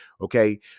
Okay